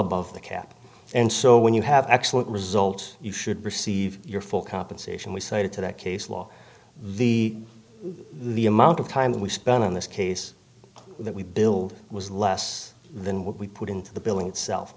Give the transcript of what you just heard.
above the cap and so when you have excellent results you should receive your full compensation we cited to that case law the the amount of time that we spent on this case that we build was less than what we put into the billing itself